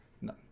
No